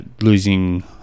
losing